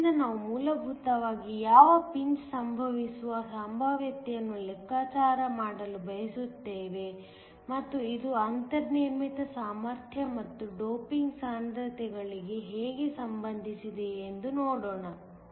ಆದ್ದರಿಂದ ನಾವು ಮೂಲಭೂತವಾಗಿ ಯಾವ ಪಿಂಚ್ ಸಂಭವಿಸುವ ಸಂಭಾವ್ಯತೆಯನ್ನು ಲೆಕ್ಕಾಚಾರ ಮಾಡಲು ಬಯಸುತ್ತೇವೆ ಮತ್ತು ಇದು ಅಂತರ್ನಿರ್ಮಿತ ಸಾಮರ್ಥ್ಯ ಮತ್ತು ಡೋಪಿಂಗ್ ಸಾಂದ್ರತೆಗಳಿಗೆ ಹೇಗೆ ಸಂಬಂಧಿಸಿದೆ ಎಂದು ನೋಡೋಣ